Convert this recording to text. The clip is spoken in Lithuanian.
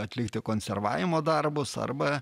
atlikti konservavimo darbus arba